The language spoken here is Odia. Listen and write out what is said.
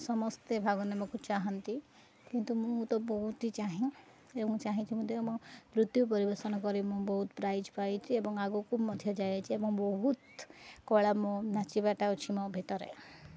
ସମସ୍ତେ ଭାଗ ନେବାକୁ ଚାହାଁନ୍ତି କିନ୍ତୁ ମୁଁ ତ ବହୁତ ହିଁ ଚାହେଁ ଏବଂ ଚାହିଁଛି ମଧ୍ୟ ମୋ ନୃତ୍ୟ ପରିବେଷଣ କରି ମୁଁ ବହୁତ ପ୍ରାଇଜ୍ ପାଇଛି ଏବଂ ଆଗକୁ ମଧ୍ୟ ଯାଇଛି ଏବଂ ବହୁତ କଳା ମୋ ନାଚିବାଟା ଅଛି ମୋ ଭିତରେ